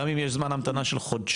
גם אם יש זמן המתנה של חודשיים,